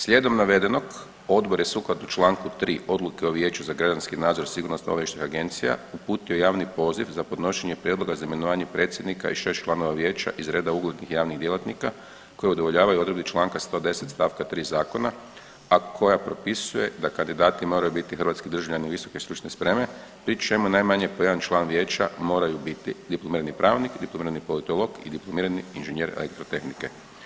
Slijedom navedenog odbor je sukladno članku 3. Odluke o Vijeću za građanski nadzor sigurnosno-obavještajnih agencija uputio javni poziv za podnošenje prijedloga za imenovanje predsjednika i 6 članova vijeća iz reda uglednih javnih djelatnika koji udovoljavaju odredbi članka 110. stavka 3. zakona, a koja propisuje da kandidati moraju biti hrvatski državljani visoke stručne spreme pri čemu najmanje po jedan član vijeća moraju biti diplomirani pravnik, diplomirani politolog i diplomirani inženjer elektrotehnike.